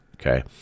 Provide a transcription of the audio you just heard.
okay